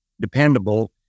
dependable